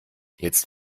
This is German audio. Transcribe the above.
jetzt